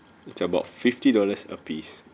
it's about fifty dollars a piece